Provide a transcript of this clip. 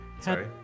Sorry